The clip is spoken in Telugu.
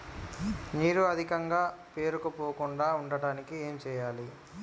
నీరు అధికంగా పేరుకుపోకుండా ఉండటానికి ఏం చేయాలి?